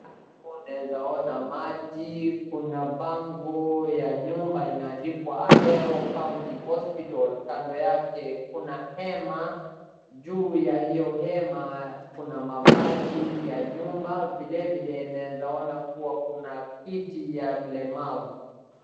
Huku naeza ona maji, kuna bango ya nyumba imeandikwa Ahero County Hospital, kando yake kuna hema, juu ya hiyo hema kuna mabati ya nyumba, vilevile naeza ona kuwa kuna kiti ya mlemavu.